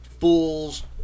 fools